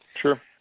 Sure